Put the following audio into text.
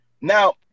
now